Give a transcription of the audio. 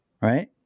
Right